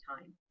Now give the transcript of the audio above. time